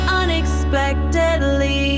unexpectedly